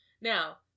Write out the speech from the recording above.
Now